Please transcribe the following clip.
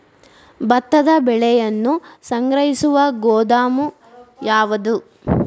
ಭತ್ತದ ಬೆಳೆಯನ್ನು ಸಂಗ್ರಹಿಸುವ ಗೋದಾಮು ಯಾವದು?